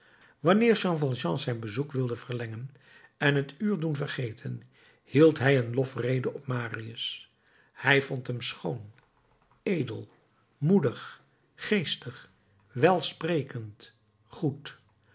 wanneer jean valjean zijn bezoek wilde verlengen en het uur doen vergeten hield hij een lofrede op marius hij vond hem schoon edel moedig geestig welsprekend goed